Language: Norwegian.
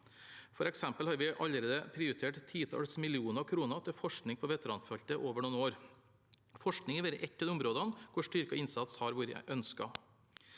For eksempel har vi allerede prioritert titalls millioner kroner til forskning på veteranfeltet over noen år. Forskning har vært ett av de områdene hvor styrket innsats har vært ønsket.